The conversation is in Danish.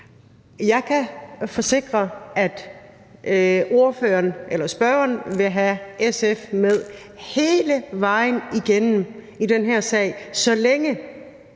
Jeg kan forsikre spørgeren om, at han vil have SF med hele vejen igennem i den her sag, så længe